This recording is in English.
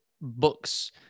books